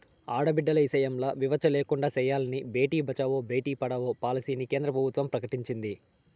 ఆడబిడ్డల ఇసయంల వివచ్చ లేకుండా సెయ్యాలని బేటి బచావో, బేటీ పడావో పాలసీని కేంద్ర ప్రభుత్వం ప్రకటించింది